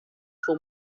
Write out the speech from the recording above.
for